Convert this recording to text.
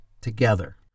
together